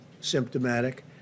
symptomatic